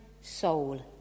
soul